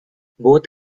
both